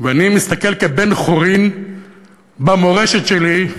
ואני מסתכל כבן-חורין במורשת שלי,